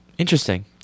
Interesting